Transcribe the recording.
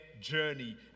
journey